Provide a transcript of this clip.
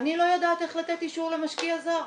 אני לא יודעת איך לתת אישור למשקיע זר.